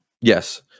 Yes